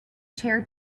chair